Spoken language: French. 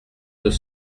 deux